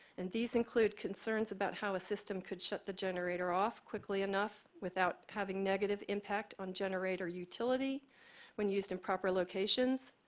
and these include concerns about how a system could shut the generator off quickly enough without having negative impact on generator utility when used in proper locations,